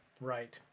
Right